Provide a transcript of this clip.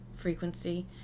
Frequency